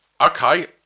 okay